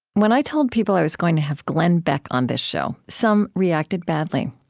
when i told people i was going to have glenn beck on this show, some reacted badly.